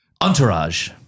Entourage